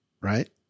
right